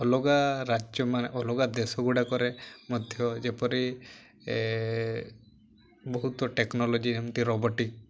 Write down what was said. ଅଲଗା ରାଜ୍ୟମାନେ ଅଲଗା ଦେଶ ଗୁଡ଼ାକରେ ମଧ୍ୟ ଯେପରି ବହୁତ ଟେକ୍ନୋଲୋଜି ଯେମିତି ରୋବୋଟିକ୍